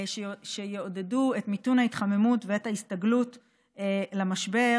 שיעודדו את מיתון ההתחממות ואת ההסתגלות למשבר,